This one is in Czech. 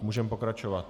Můžeme pokračovat.